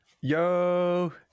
Yo